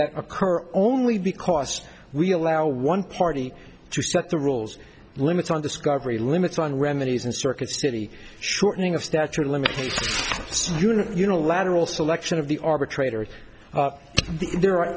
that occur only because we allow one party to set the rules limits on discovery limits on remedies and circuit city shortening of statute of limitation us unit unilateral selection of the arbitrator there are